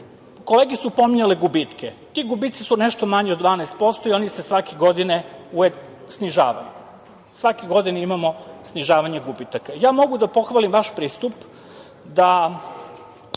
kupca. Kolege su pominjale gubitke. Ti gubici su nešto manji od 12% i oni se svake godine uvek snižavaju. Svake godine imamo snižavanje gubitaka. Ja mogu da pohvalim vaš pristup da